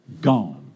gone